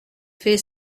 fait